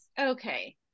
Okay